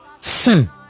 sin